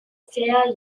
fair